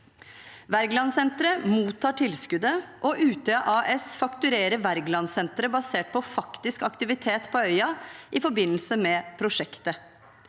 «Wergelandsenteret mottar tilskuddet, og Utøya AS fakturerer Wergelandsenteret basert på faktisk aktivitet på øya i forbindelse med prosjektet.